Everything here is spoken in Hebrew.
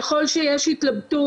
ככל שיש התלבטות,